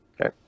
Okay